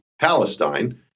Palestine